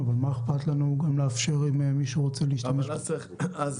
אבל אם מישהו רוצה להשתמש גם להובלת מטענים,